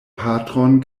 patron